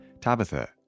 Tabitha